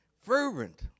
Fervent